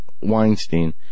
Weinstein